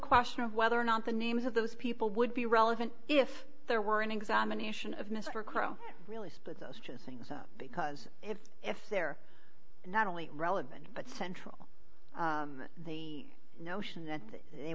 question of whether or not the names of those people would be relevant if there were an examination of mr crow release but those just things up because if if they're not only relevant but central to the notion that they